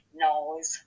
knows